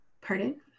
pardon